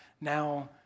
Now